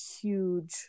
huge